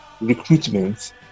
recruitment